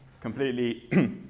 completely